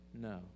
no